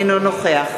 אינו נוכח